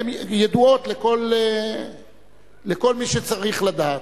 הן ידועות לכל מי שצריך לדעת,